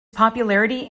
popularity